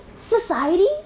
society